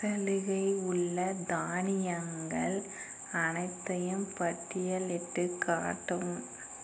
சலுகை உள்ள தானியங்கள் அனைத்தையும் பட்டியலிட்டுக் காட்டவும்